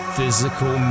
Physical